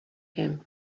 him